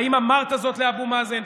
האם אמרת זאת לאבו מאזן?